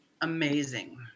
amazing